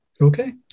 okay